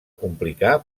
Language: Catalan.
complicar